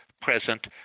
present